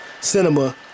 cinema